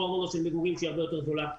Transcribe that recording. ארנונה למגורים שהיא הרבה יותר גבוהה,